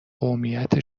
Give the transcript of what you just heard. قومیت